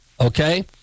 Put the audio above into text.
Okay